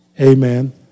Amen